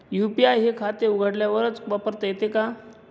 UPI हे खाते उघडल्यावरच वापरता येते का?